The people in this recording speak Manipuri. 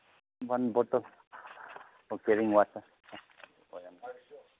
one bottle water say